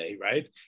right